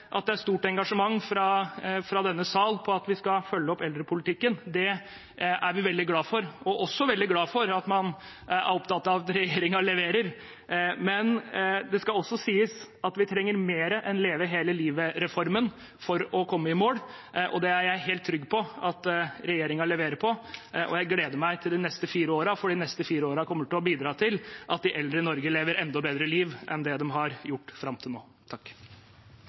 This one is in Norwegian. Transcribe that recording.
det er stort engasjement i denne sal for at vi skal følge opp eldrepolitikken. Det er vi veldig glad for, og vi er også veldig glad for at man er opptatt av at regjeringen leverer. Men det skal også sies at vi trenger mer enn Leve hele livet-reformen for å komme i mål, og det er jeg helt trygg på at regjeringen leverer på. Jeg gleder meg til de neste fire årene, for de neste fire årene kommer til å bidra til at de eldre i Norge lever et enda bedre liv enn de har gjort fram til nå. Takk